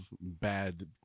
bad-